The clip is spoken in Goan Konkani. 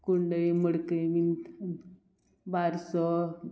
कुंडय मडकी बीन बारसो